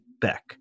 Beck